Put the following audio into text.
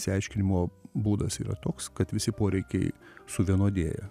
išsiaiškinimo būdas yra toks kad visi poreikiai suvienodėja